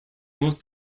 most